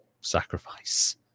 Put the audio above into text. sacrifice